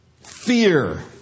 Fear